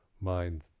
mind